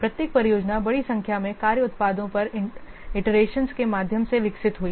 प्रत्येक परियोजना बड़ी संख्या में कार्य उत्पादों पर इटरेशंस के माध्यम से विकसित हुई